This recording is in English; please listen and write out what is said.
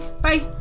Bye